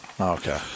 Okay